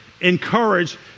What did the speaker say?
Encourage